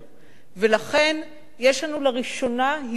ולכן, יש לנו לראשונה הזדמנות